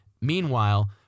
Meanwhile